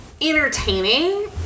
entertaining